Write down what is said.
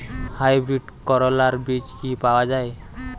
Hybrid করলার বীজ কি পাওয়া যায়?